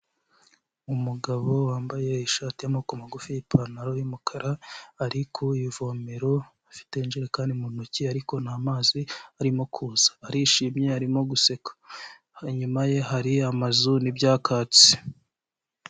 Umugabo wambaye ishati y'amaboko magufi, ipantaro y'umukara ari ku ivomero, afite injerekani mu ntoki ariko nta mazi arimo kuza, arishimye arimo guseka, inyuma ye hari amazu n'ibyakatsi.